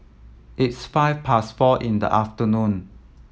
its five past four in the afternoon